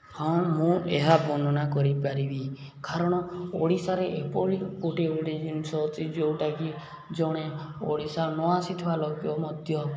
ହଁ ମୁଁ ଏହା ବର୍ଣ୍ଣନା କରିପାରିବି କାରଣ ଓଡ଼ିଶାରେ ଏପରି ଗୋଟେ ଗୋଟେ ଜିନିଷ ଅଛି ଯେଉଁଟାକି ଜଣେ ଓଡ଼ିଶା ନ ଆସିଥିବା ଲୋକ ମଧ୍ୟ